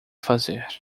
fazer